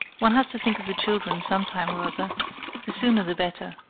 one has to think of the children some time or other the sooner the better.